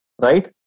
right